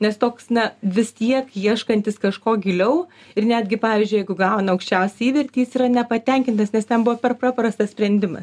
nes toks na vis tiek ieškantis kažko giliau ir netgi pavyzdžiui jeigu gauna aukščiausią įvertį jis yra nepatenkintas nes ten buvo per paprastas sprendimas